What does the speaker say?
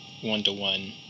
one-to-one